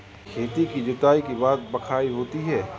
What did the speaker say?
खेती की जुताई के बाद बख्राई होती हैं?